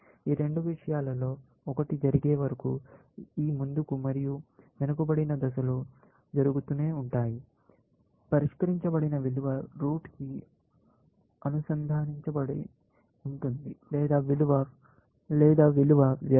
ఈ రెండు విషయాలలో ఒకటి జరిగే వరకు ఈ ముందుకు మరియు వెనుకబడిన దశలు జరుగుతూనే ఉంటాయి పరిష్కరించబడిన విలువ మూలానికి అనుసంధానించబడి ఉంటుంది లేదా విలువ వ్యర్థం మూలానికి చుట్టుముడుతుంది